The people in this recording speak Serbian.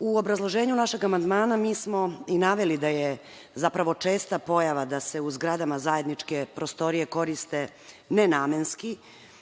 obrazloženju našeg amandmana, mi smo i naveli da je zapravo česta pojava da se u zgradama zajedničke prostorije koriste nenamenski,